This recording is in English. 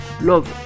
Love